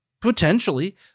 Potentially